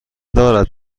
دارد